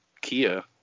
kia